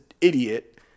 idiot